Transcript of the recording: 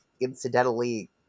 incidentally